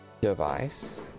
device